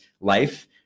life